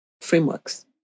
frameworks